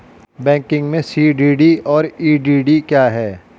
Banking में CDD और EDD क्या हैं?